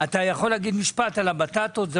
אתה יכול להגיד משפט על הבטטות בהזדמנות שהשר פה?